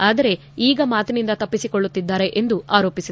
ಆದರೆ ಈಗ ಮಾತಿನಿಂದ ತಪ್ಪಿಸಿಕೊಳ್ಳುತ್ತಿದ್ದಾರೆ ಎಂದು ಆರೋಪಿಸಿದರು